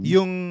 Yung